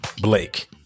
Blake